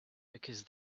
because